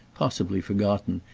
possibly forgotten,